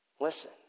Listen